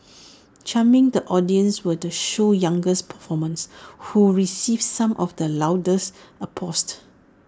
charming the audiences were the show's youngest performers who received some of the loudest applause